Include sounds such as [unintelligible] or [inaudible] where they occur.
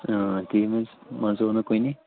[unintelligible] کُنہِ